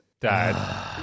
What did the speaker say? Dad